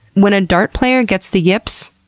when a dart player gets the yips,